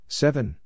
seven